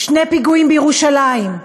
שני פיגועים בירושלים,